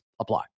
apply